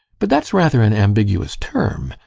but that's rather an ambiguous term,